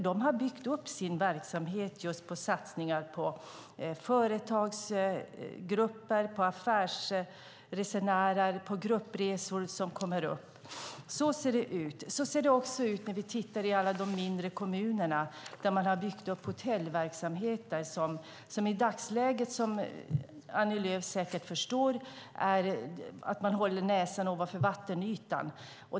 De har byggt upp sin verksamhet på satsningar på företagsgrupper, affärsresenärer och gruppresor som kommer upp. Så ser det ut. Så ser det också ut när vi tittar i alla de mindre kommunerna, där man har byggt upp hotellverksamheter som i dagsläget, vilket Annie Lööf säkert förstår, håller näsan ovanför vattenytan.